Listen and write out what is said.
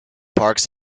parks